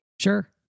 Sure